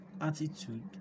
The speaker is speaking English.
attitude